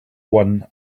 one